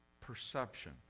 perception